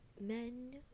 men